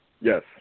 Yes